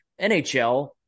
NHL